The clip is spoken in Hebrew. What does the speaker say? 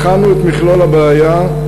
בחנו את מכלול הבעיה.